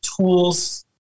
tools